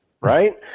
right